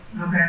Okay